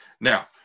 now